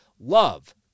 Love